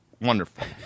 Wonderful